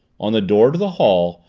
on the door to the hall,